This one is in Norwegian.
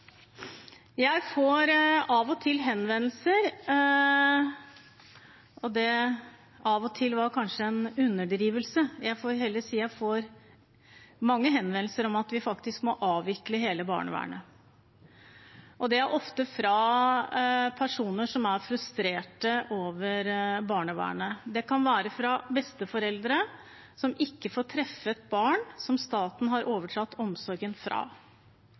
Jeg får av og til henvendelser – «av og til» var kanskje en underdrivelse, jeg får heller si jeg får mange henvendelser – om at vi faktisk må avvikle hele barnevernet. Det er ofte fra personer som er frustrert over barnevernet. Det kan være fra besteforeldre som ikke får treffe et barn som staten har overtatt omsorgen